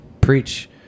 preach